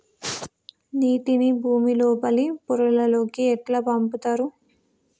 నీటిని భుమి లోపలి పొరలలోకి ఎట్లా పంపుతరు?